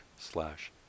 slash